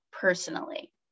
personally